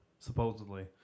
Supposedly